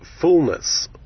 fullness